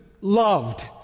loved